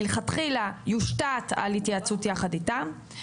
מלכתחילה יושתת על התייעצות יחד איתם.